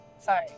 Sorry